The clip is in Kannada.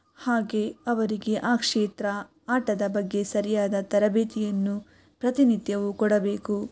ಹಾಗೇ ಅವರಿಗೆ ಆ ಕ್ಷೇತ್ರ ಆಟದ ಬಗ್ಗೆ ಸರಿಯಾದ ತರಬೇತಿಯನ್ನು ಪ್ರತಿನಿತ್ಯವೂ ಕೊಡಬೇಕು